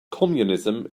communism